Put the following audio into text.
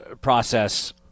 process –